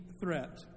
threat